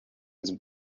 his